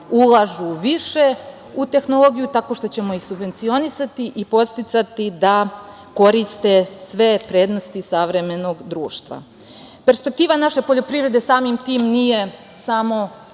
ulažu više u tehnologiju tako što ćemo ih subvencionisati i podsticati da koriste sve prednosti savremenog društva. Perspektiva naše poljoprivrede samim tim nije samo